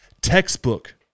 Textbook